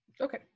Okay